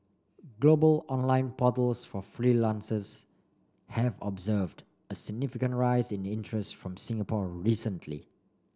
global online portals for freelancers have observed a significant rise in interest from Singapore recently